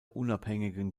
unabhängigen